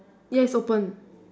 ya it's open